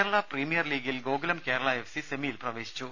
Kerala premier ലീഗിൽ Gokulam Kerala F C സെമിയിൽ പ്രവേശിച്ചു